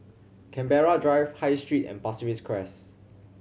Canberra Drive High Street and Pasir Ris Crest